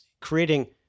creating